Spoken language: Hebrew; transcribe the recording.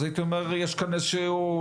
אז הייתי אומר יש כאן איזה שהוא,